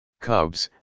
Cubs